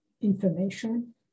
information